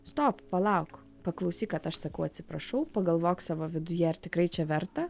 stop palauk paklausyk kad aš sakau atsiprašau pagalvok savo viduje ar tikrai čia verta